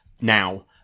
now